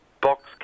Box